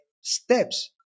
steps